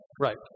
Right